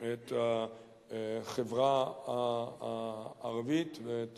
הזכירה את החברה הערבית ואת